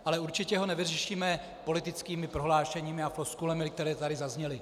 Ale určitě ho nevyřešíme politickými prohlášeními a floskulemi, které tady zazněly.